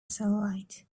sunlight